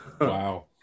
Wow